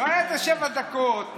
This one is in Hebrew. לא, איזה שבע דקות.